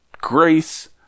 grace